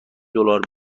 دلار